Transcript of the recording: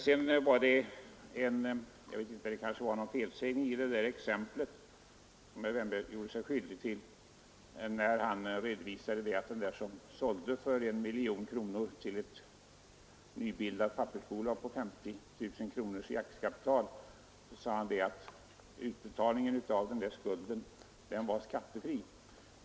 Sedan undrar jag om inte herr Wärnberg gjorde en felsägning när han talade om den som sålde för 1 miljon kronor till ett nybildat pappersbolag med 50 000 kronor i aktiekapital. Han sade nämligen att utbetalningen av denna skuld var skattefri.